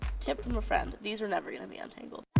tip from a friend. these are never going to be untangled.